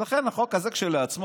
לכן החוק הזה כשלעצמו,